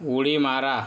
उडी मारा